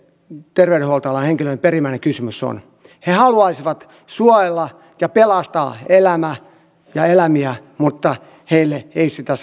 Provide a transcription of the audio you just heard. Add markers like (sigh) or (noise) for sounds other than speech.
terveydenhuoltoalan henkilöstön perimmäinen kysymys on he he haluaisivat suojella ja pelastaa elämää ja elämiä mutta heille ei sitä (unintelligible)